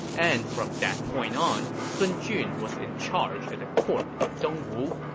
and from that point on, sun jun was in charge at the court of dongwu